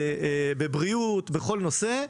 בבריאות, בכל נושא,